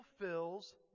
fulfills